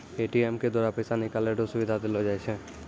ATM के द्वारा पैसा निकालै रो सुविधा देलो जाय छै